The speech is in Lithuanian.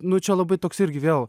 nu čia labai toks irgi vėl